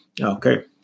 Okay